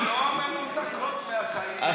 הן לא מנותקות מהחיים.